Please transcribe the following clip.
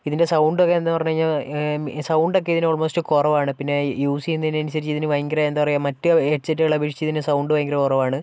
ഇതിൻ്റെ സൗണ്ടൊക്കെ എന്താ പറഞ്ഞു കഴിഞ്ഞാൽ സൗണ്ടൊക്കെ ഇതിന് ഓൾമോസ്റ്റ് കുറവാണ് പിന്നെ യൂസ് ചെയ്യുന്നതിനനുസരിച്ച് ഇതിന് ഭയങ്കര എന്താ പറയുക മറ്റ് ഹെഡ്സെറ്റുകളെ അപേക്ഷിച്ചു ഇതിന് സൗണ്ട് ഭയങ്കര കുറവാണ്